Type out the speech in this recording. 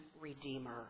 redeemer